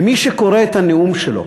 ומי שקורא את הנאום שלו,